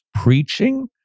preaching